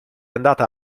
andata